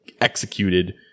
executed